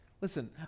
Listen